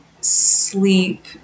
sleep